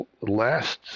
last